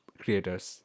creators